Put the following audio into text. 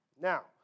Now